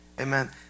amen